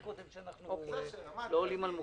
מציעים זאת השאלה, מה אתם מציעים?